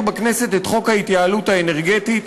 בכנסת את חוק ההתייעלות האנרגטית.